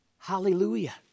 Hallelujah